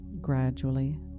Gradually